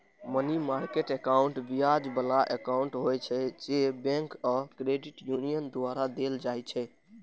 money market account ब्याज बला account होइ छै, जे बैंक आ क्रेडिट यूनियन द्वारा देल जाइ छै